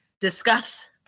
discuss